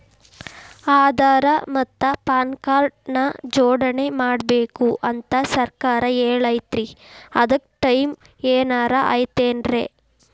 ಆಧಾರ ಮತ್ತ PAN card ನ ಜೋಡಣೆ ಮಾಡ್ಬೇಕು ಅಂತಾ ಸರ್ಕಾರ ಹೇಳೈತ್ರಿ ಅದ್ಕ ಟೈಮ್ ಏನಾರ ಐತೇನ್ರೇ?